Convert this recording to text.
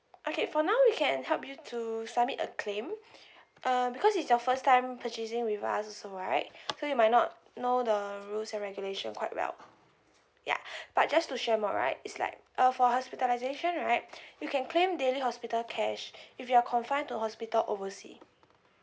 okay for now we can help you to submit a claim uh because it's your first time purchasing with us also right so you might not know the rules and regulation quite well ya but just to share more right it's like uh for hospitalisation right you can claim daily hospital cash if you are confined to a hospital oversea